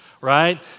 Right